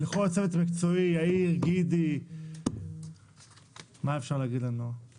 לברך את כל הצוות המשרדי שעושה עבודה מאוד מאוד